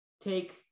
take